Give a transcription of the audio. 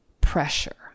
pressure